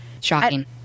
Shocking